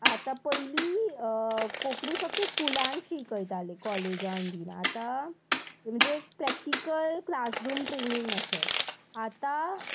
आतां पयलीं कोंकणी फक्त स्कुलान शिकयताले कॉलेजान बीन आतां म्हणजे प्रॅक्टीकल क्लासरूम ट्रेनींग अशें आतां